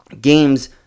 games